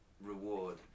reward